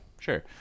Sure